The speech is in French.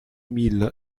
mille